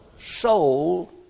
soul